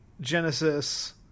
genesis